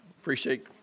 appreciate